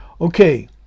okay